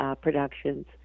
Productions